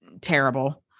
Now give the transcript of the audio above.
terrible